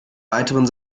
weiteren